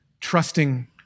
trusting